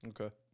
Okay